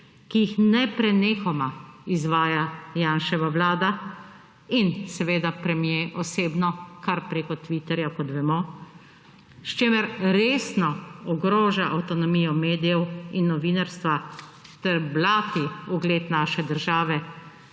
ki jih neprenehoma izvaja Janševa vlada in seveda premier osebno kar preko Twittwrja, kot vemo, s čimer resno ogroža avtonomijo medijev in novinarstva ter blati ugled naše države